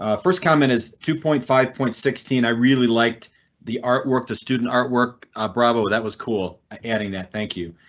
ah first comment is two point five point sixteen. i really liked the artwork to student artwork bravo that was cool adding that. thank you.